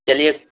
چلیے